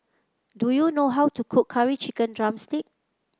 do you know how to cook Curry Chicken drumstick